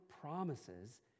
promises